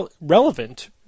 relevant